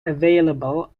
available